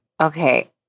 Okay